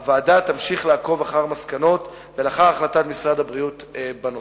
הוועדה תמשיך לעקוב אחר המסקנות ואחר החלטת משרד הבריאות בנושא."